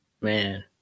man